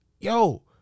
yo